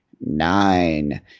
nine